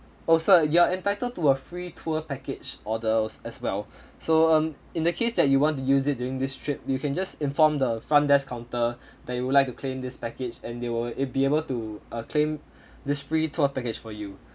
oh sir you are entitled to a free tour package orders as well so um in the case that you want to use it during this trip you can just inform the front desk counter that you would like to claim this package and they will be able to claim this free tour package for you